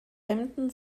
hemden